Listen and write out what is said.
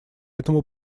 этому